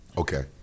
Okay